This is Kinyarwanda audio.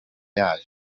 yayo